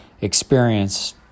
experience